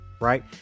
right